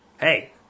Hey